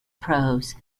prose